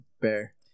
bear